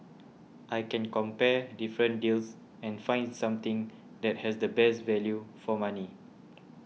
I can compare different deals and find something that has the best value for money